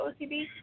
OCB